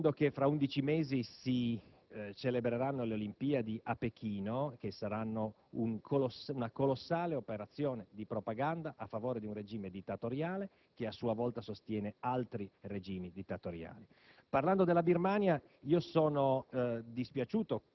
all'estero. Ciò bisognerebbe ricordarlo tenendo presente che fra undici mesi si celebreranno le Olimpiadi a Pechino, che saranno una colossale operazione di propaganda a favore di un regime dittatoriale, che a suo sua volta sostiene altri regimi dittatoriali.